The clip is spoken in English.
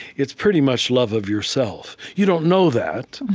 it's pretty much love of yourself. you don't know that,